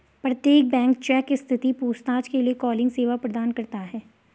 प्रत्येक bank check स्थिति पूछताछ के लिए कॉलिंग सेवा प्रदान करता हैं